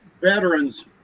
veterans